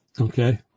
Okay